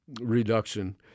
Reduction